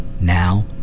now